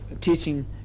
teaching